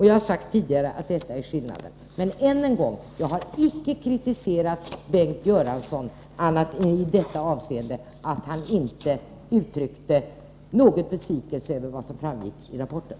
Jag har sagt tidigare att detta är skillnaden. Men än en gång: Jag har icke kritiserat Bengt Göransson annat än i detta avseende, att han inte uttryckt någon besvikelse över vad som framgick i rapporten.